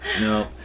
no